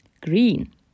Green